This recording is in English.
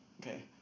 Okay